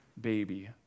baby